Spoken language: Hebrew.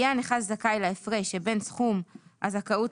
יהיה הנכה זכאי להפרש שבין סכום הזכאות